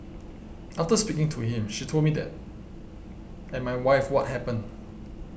after speaking to him she told me that and my wife what happened